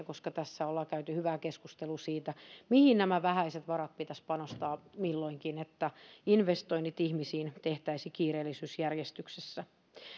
koska tässä ollaan käyty hyvä keskustelu siitä mihin nämä vähäiset varat pitäisi panostaa milloinkin että investoinnit ihmisiin tehtäisiin kiireellisyysjärjestyksessä